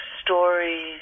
stories